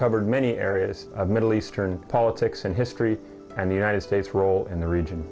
covered many areas of middle eastern politics and history and the united states role in the region